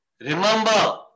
Remember